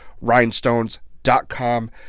rhinestones.com